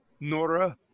nora